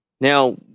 Now